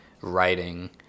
writing